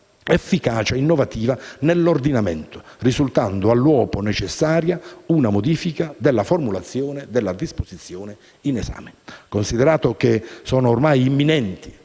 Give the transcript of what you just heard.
efficacia innovativa nell'ordinamento, risultando all'uopo necessaria una modifica della formulazione della disposizione in esame"»; sono ormai imminenti